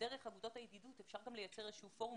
דרך אגודות הידידות אפשר גם לייצר איזשהו פורום